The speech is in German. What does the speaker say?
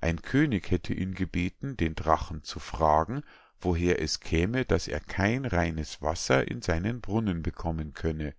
ein könig hätte ihn gebeten den drachen zu fragen woher es käme daß er kein reines wasser in seinen brunnen bekommen könne